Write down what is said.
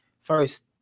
first